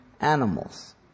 animals